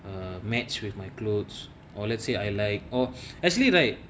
err match with my clothes or let's say I like oh actually right